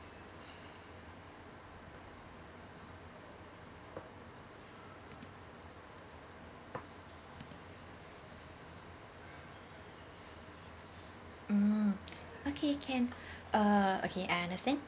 mm okay can uh okay I understand